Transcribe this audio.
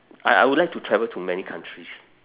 I I would like to travel to many countries